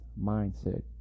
mindset